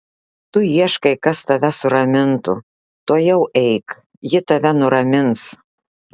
tu ieškai kas tave suramintų tuojau eik ji tave nuramins